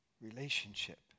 Relationship